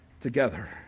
together